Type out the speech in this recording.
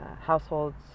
households